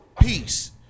peace